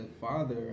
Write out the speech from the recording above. father